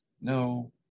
No